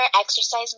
exercise